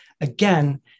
Again